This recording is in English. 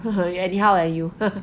you anyhow eh you